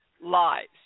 lives